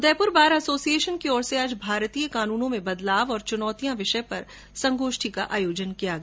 Udaipur bar association की ओर से आज भारतीय कानूनों में बदलाव और चुनौतियां विषय पर संगोष्ठी का आयोजन किया गया